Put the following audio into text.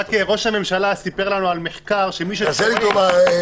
--- ראש הממשלה סיפר לנו על מחקר שמי --- תעשה לי טובה.